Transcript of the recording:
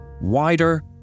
wider